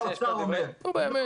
נו באמת.